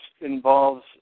involves